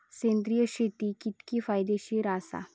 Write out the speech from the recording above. सेंद्रिय शेती कितकी फायदेशीर आसा?